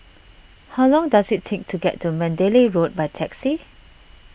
how long does it take to get to Mandalay Road by taxi